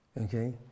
Okay